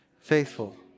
faithful